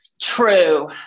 True